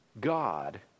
God